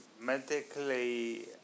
medically